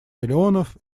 миллионов